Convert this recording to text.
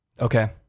Okay